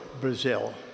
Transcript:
Brazil